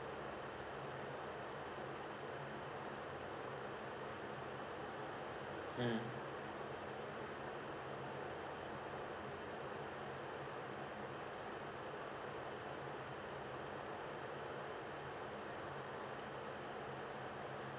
mm